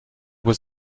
was